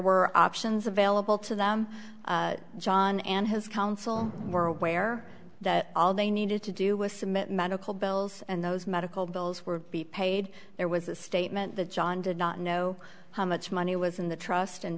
were options available to them john and his counsel were aware that all they needed to do was submit medical bills and those medical bills were paid there was a statement that john did not know how much money was in the trust in